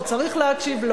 הוא צריך להקשיב.